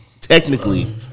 Technically